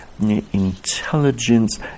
intelligence